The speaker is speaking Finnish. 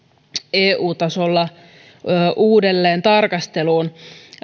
eu tasolla uudelleen tarkasteluun